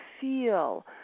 feel